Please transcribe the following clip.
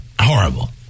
Horrible